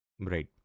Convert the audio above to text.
Right